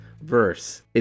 verse